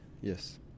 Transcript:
Yes